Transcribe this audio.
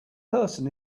person